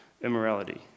immorality